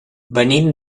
venim